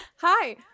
Hi